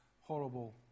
horrible